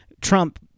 Trump